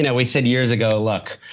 yeah we said years ago, look,